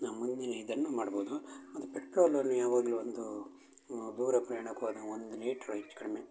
ನಮ್ಮ ಮುಂದಿನ ಇದನ್ನು ಮಾಡ್ಬೋದು ಮತ್ತು ಪೆಟ್ರೋಲನ್ನು ಯಾವಾಗಲೂ ಒಂದು ದೂರ ಪ್ರಯಾಣಕ್ಕೆ ಹೋದಾಗ್ ಒಂದು ಲೀಟ್ರು ಹೆಚ್ಚು ಕಡಿಮೆ